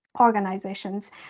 organizations